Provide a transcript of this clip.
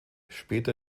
später